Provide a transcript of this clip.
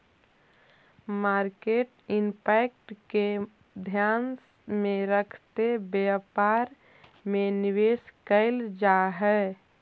market impact के ध्यान में रखके व्यापार में निवेश कैल जा हई